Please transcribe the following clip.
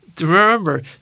remember